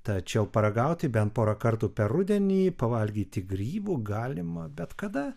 tačiau paragauti bent porą kartų per rudenį pavalgyti grybų galima bet kada